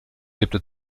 lebte